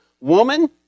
Woman